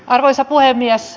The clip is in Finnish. arvoisa puhemies